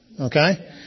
okay